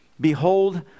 Behold